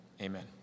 Amen